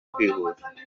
kwivuza